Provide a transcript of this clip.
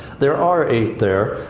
there are eight there,